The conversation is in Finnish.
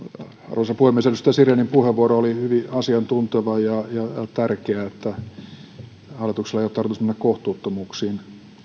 arvoisa puhemies edustaja sirenin puheenvuoro oli hyvin asiantunteva ja tärkeä hallituksella ei ole tarkoitus mennä kohtuuttomuuksiin